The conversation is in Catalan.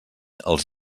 els